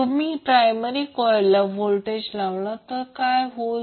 तुम्ही प्रायमरी कॉइलला व्होल्टेज लावणार तर काय होईल